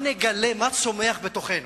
מה נגלה שצומח בתוכנו?